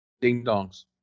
Ding-dongs